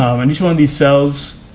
um and each one of these cells,